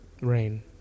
Rain